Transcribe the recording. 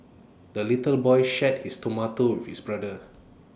the little boy shared his tomato with his brother